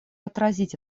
отразить